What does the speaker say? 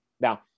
Now